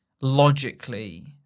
logically